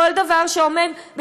כל דבר שעומד,